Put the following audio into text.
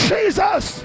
Jesus